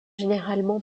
généralement